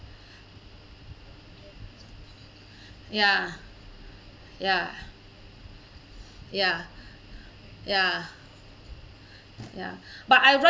ya ya ya ya ya but I rather